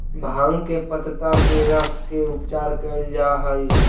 भाँग के पतत्ता के रस से उपचार कैल जा हइ